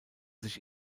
sich